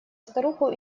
старуху